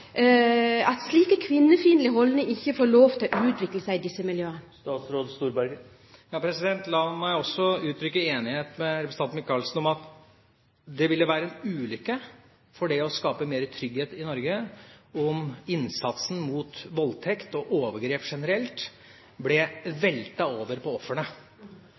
utvikle seg i disse miljøene? La meg også uttrykke enighet med representant Michaelsen i at det ville være en ulykke for det å skape mer trygghet i Norge om innsatsen mot voldtekt og overgrep generelt ble veltet over på ofrene,